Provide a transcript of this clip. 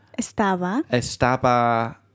Estaba